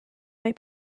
mae